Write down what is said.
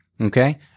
okay